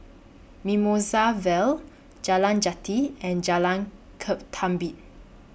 Mimosa Vale Jalan Jati and Jalan Ketumbit